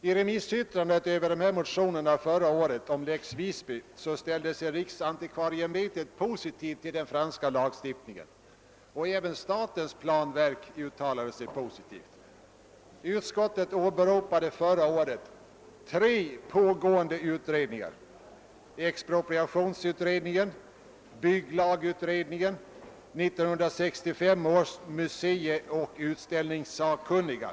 I remissyttrandet över förra årets motioner om lex Visby ställde sig riksantikvarieämbetet «positivt till den franska lagstiftningen. Även statens planverk uttalade sig i samma riktning. Utskottet åberopade förra året tre pågående utredningar, nämligen expropriationsutredningen, bygglagutredningen, 1965 års museioch utställningssakkunniga.